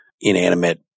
inanimate